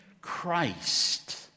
Christ